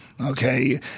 okay